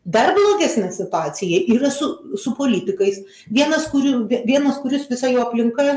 dar blogesnė situacija yra su su politikais vienas kurių vienas kuris visa jo aplinka